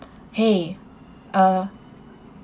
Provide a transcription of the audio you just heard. !hey! uh